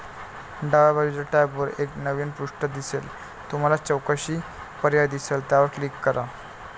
डाव्या बाजूच्या टॅबवर एक नवीन पृष्ठ दिसेल तुम्हाला चौकशी पर्याय दिसेल त्यावर क्लिक करा